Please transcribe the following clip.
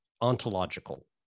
ontological